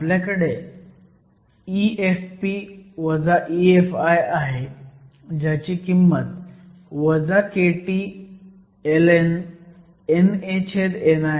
आपल्याकडे EFp EFi आहे ज्याची किंमत kT ln NAni आहे